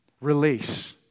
release